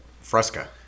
Fresca